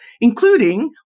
including